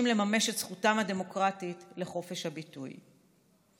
לממש את זכותם הדמוקרטית לחופש הביטוי.